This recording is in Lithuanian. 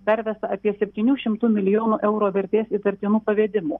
pervesta apie septynių šimtų milijonų eurų vertės įtartinų pavedimų